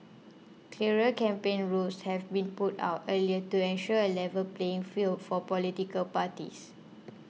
clearer campaign rules have been put out earlier to ensure a level playing field for political parties